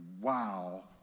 wow